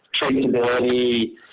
traceability